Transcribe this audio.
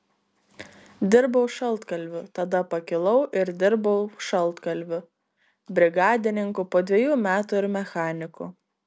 dirbau šaltkalviu tada pakilau ir dirbau šaltkalviu brigadininku po dviejų metų ir mechaniku